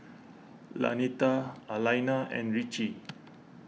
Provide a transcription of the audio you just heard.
Lanita Alaina and Ritchie